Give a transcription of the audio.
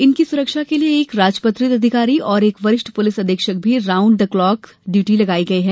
इनकी सुरक्षा के लिये एक राजपत्रित अधिकारी और एक वरिष्ठ पुलिस अधीक्षक भी राउण्ड द क्लाक ड्यूटी लगाई गई है